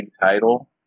title